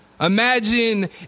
Imagine